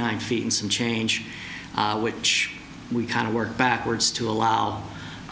nine feet and some change which we kind of work backwards to allow